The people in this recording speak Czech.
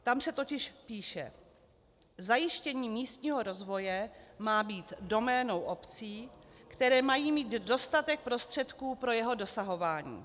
Tam se totiž píše: Zajištění místního rozvoje má být doménou obcí, které mají mít dostatek prostředků pro jeho dosahování.